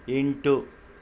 ಎಂಟು